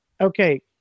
Okay